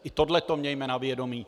I tohle to mějme na vědomí.